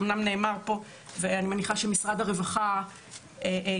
אמנם נאמר פה ואני מניחה שמשרד הרווחה ידבר,